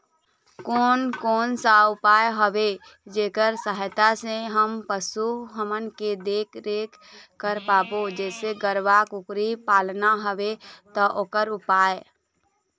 कोन कौन सा उपाय हवे जेकर सहायता से हम पशु हमन के देख देख रेख कर पाबो जैसे गरवा कुकरी पालना हवे ता ओकर उपाय?